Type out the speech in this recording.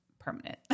permanent